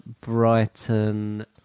Brighton